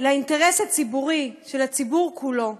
לאינטרס הציבורי של הציבור כולו,